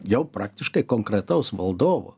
jau praktiškai konkretaus valdovo